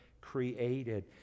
created